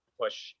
push